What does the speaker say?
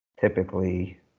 typically